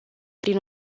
prin